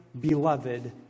beloved